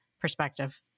perspective